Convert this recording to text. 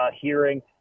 hearing